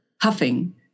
huffing